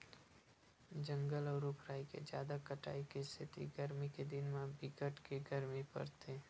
जंगल अउ रूख राई के जादा कटाई के सेती गरमी के दिन म बिकट के गरमी परथे